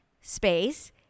space